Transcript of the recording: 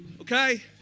Okay